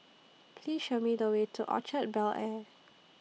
Please Show Me The Way to Orchard Bel Air